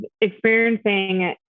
experiencing